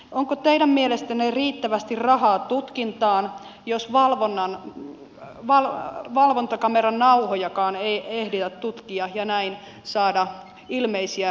onko teidän mielestänne riittävästi rahaa tutkintaan jos valvontakameran nauhojakaan ei ehditä tutkia ja näin saada ilmeisiä rikollisia kiinni